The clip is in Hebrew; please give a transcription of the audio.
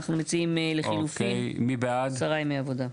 אנחנו מציעים לחילופין עשרה ימי עבודה.